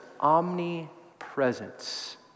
omnipresence